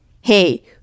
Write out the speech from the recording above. hey